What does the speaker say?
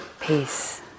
peace